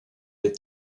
est